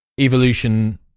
evolution